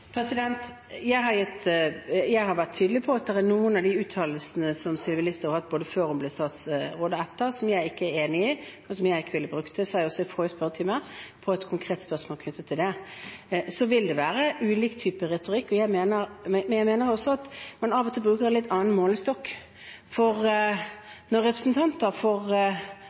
Jeg har vært tydelig på at det er noen av de uttalelsene som Sylvi Listhaug har hatt, både før hun ble statsråd og etter, som jeg ikke er enig i, og som jeg ikke ville brukt. Det sa jeg også i forrige spørretime, som et svar på et konkret spørsmål knyttet til det. Så vil det være ulike typer retorikk, men jeg mener også at man av og til bruker en litt annen målestokk. Når representanter for